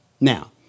Now